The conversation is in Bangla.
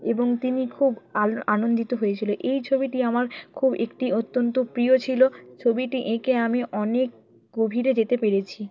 এবং তিনি খুব আনন্দিত হয়েছিল এই ছবিটি আমার খুব একটি অত্যন্ত প্রিয় ছিল ছবিটি এঁকে আমি অনেক গভীরে যেতে পেরেছি